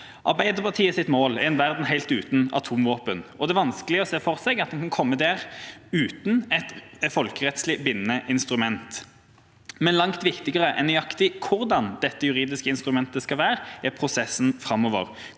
Arbeiderpartiets mål er en verden helt uten atomvåpen. Det er vanskelig å se for seg at en kan komme dit uten et folkerettslig bindende instrument. Men langt viktigere enn nøyaktig hvordan dette juridiske instrumentet skal være, er prosessen framover,